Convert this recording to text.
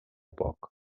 poc